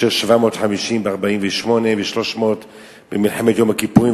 750 ב-1948 ו-300 במלחמת יום הכיפורים,